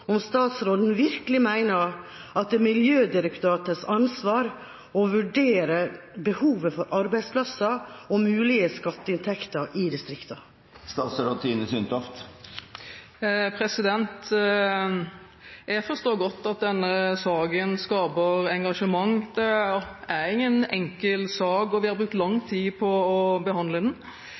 om statsråden virkelig mener at det er Miljødirektoratets ansvar å vurdere behovet for arbeidsplasser og mulige skatteinntekter i distriktene. Jeg forstår godt at denne saken skaper engasjement. Det er ingen enkel sak, og vi har brukt lang tid på å behandle den.